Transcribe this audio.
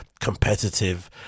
competitive